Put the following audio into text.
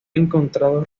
encontrado